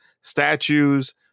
statues